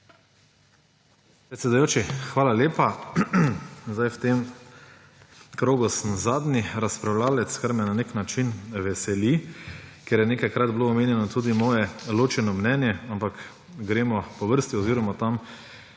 hvala lepa. V tem krogu sem zadnji razpravljavec, kar me na nek način veseli, ker je nekajkrat bilo omenjeno tudi moje ločeno mnenje. Ampak, gremo po vrsti oziroma od